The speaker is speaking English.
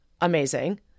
Amazing